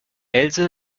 else